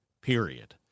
period